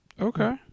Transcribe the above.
Okay